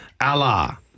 Allah